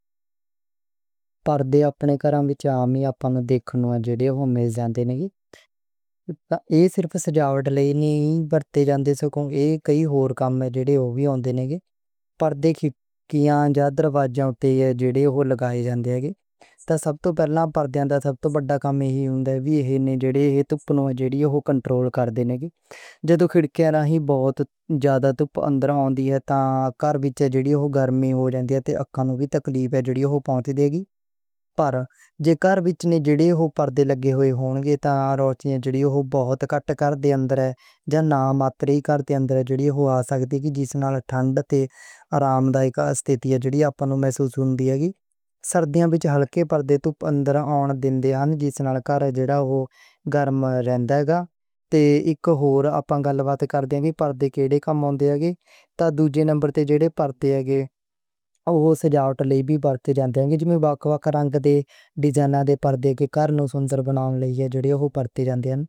پردے اپنے کاراں وچ عام طور تے کم آؤندے، ایہ صرف سجاوٹ لئی نہیں۔ ایہ کئی ہور کم وچ وی آؤندے، کھڑکیاں تے دروازے جڑے ہوندے اوہناں تے لگ جاندے نیں۔ سب توں پہلا کم ایہی ہو جاندا ہے کہ جدو کھڑکیاں رہیں بہت زیادہ تُپ اندر آؤندی ہے تے جیہڑا وی گھر بانی وچ ہووے اوہنوں اکھاں نوں بڑی تکلیف ہوندی ہے۔ پر جے گھر وچ جیہڑے ہن پردے لگے ہوئے، اوہ نے در بہت کٹ کر دینے، جے نامماتر ہی کردے اتنا جیہڑا ہو سکّے جی، جس نال ٹھنڈ تے آرام دہ صورتحال نوں محسوس ہوندی ہے گی۔ سردیاں چ ہلکے پردے توں اندر آون والیاں ہواناں کٹ جاندیاں، گھر اندرّا رہندا۔ تے دوجے نمبر تے جڑے پردے ہندے نے اوہ سجاوٹ لئی وی ہندے، ڈیزائنرز دے پردے گھر نوں سندر بناؤندے۔ پردے نال کمرے وچ پارٹیشن وی بن جاندے، کلر سکیم تے اپیلنگ لئی بدلاؤ وی کر سکدے۔ بھاری پردے شور دی absorption وی کردے، تُپ اندر آون نوں روک کے گرماں وچ گھر نوں ٹھنڈا محسوس کراؤندے۔